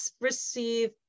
receive